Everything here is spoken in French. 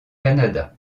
canada